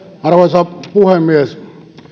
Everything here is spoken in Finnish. arvoisa puhemies